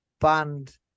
band